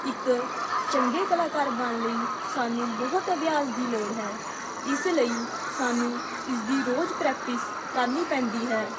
ਇੱਕ ਚੰਗੇ ਕਲਾਕਾਰ ਬਣਨ ਲਈ ਸਾਨੂੰ ਬਹੁਤ ਅਭਿਆਸ ਦੀ ਲੋੜ ਹੈ ਇਸ ਲਈ ਸਾਨੂੰ ਇਸ ਦੀ ਰੋਜ਼ ਪ੍ਰੈਕਟਿਸ ਕਰਨੀ ਪੈਂਦੀ ਹੈ